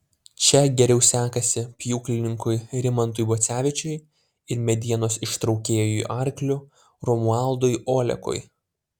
čia geriau sekasi pjūklininkui rimantui bacevičiui ir medienos ištraukėjui arkliu romualdui olekui